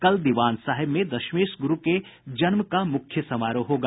कल दिवान साहेब में दशमेश गुरू के जन्म का मुख्य समारोह होगा